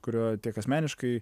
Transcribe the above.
kurio tiek asmeniškai